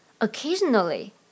Occasionally